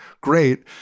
great